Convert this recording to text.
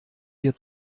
wir